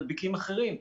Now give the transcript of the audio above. מדביקים אחרים.